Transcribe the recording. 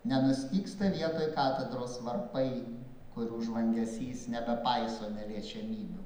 nenustygsta vietoj katedros varpai kurių žvangesys nebepaiso neliečiamybių